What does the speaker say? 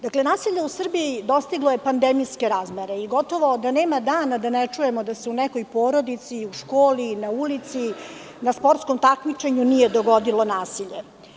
Dakle, nasilje u Srbiji je dostiglo pandemijske razmere i gotovo da nema dana a da ne čujemo da se u nekoj porodici, u školi, na ulici, na sportskom takmičenju nije dogodilo nasilje.